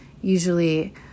Usually